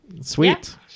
Sweet